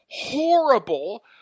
horrible